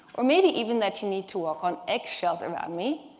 or maybe even that you need to walk on eggshells around me?